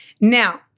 Now